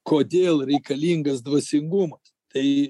kodėl reikalingas dvasingumas tai